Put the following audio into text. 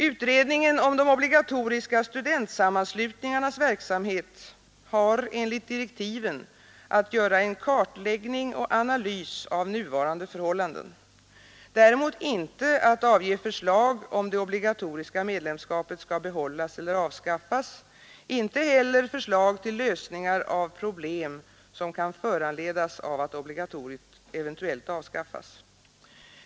Utredningen om de obligatoriska studentsammanslutningarnas verksamhet har enligt direktiven att göra en kartläggning och analys av nuvarande förhållanden, däremot inte att avge förslag om det obligatoriska medlemskapet skall behållas eller avskaffas, inte heller förslag till lösningar av problem som kan föranledas av att obligatoriet eventuellt avskaffas.